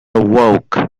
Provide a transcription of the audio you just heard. awoke